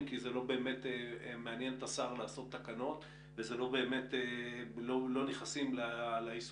כי לא באמת מעניין את השר לעשות תקנות ולא נכנסים ליישום.